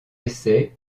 essais